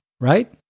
Right